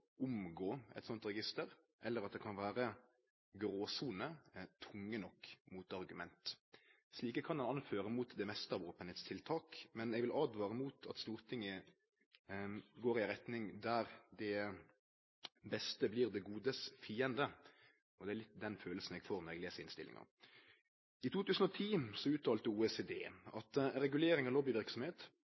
omgå eit slikt register eller at det kan vere gråsoner, tunge nok motargument. Slike kan ein hevde mot det meste av openheitstiltak, men eg vil åtvare mot at Stortinget går i ei retning der det beste blir det godes fiende, Og det er litt den følelsen eg får når eg les innstillinga. I 2010 uttalte OECD at regulering av